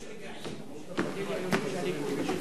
יש רגעים שהליכוד בשלטון,